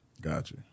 Gotcha